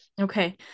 Okay